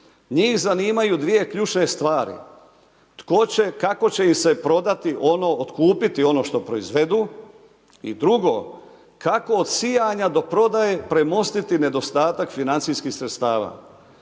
Njih zanimaju dvije ključne stvari, tko će, kako će ih se prodati ono, otkupiti ono što proizvedu. I drugo, kako od sijanja do prodaje premostiti nedostatak financijskih sredstava.